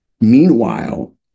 Meanwhile